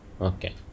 Okay